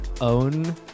own